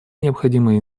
необходимые